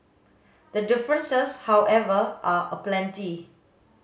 the differences however are aplenty